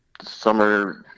Summer